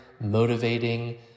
motivating